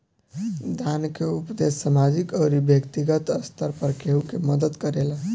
दान के उपदेस सामाजिक अउरी बैक्तिगत स्तर पर केहु के मदद करेला